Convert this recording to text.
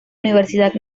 universidad